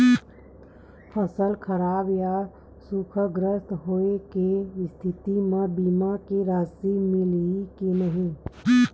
फसल खराब या सूखाग्रस्त होय के स्थिति म बीमा के राशि मिलही के नही?